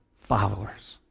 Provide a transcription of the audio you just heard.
followers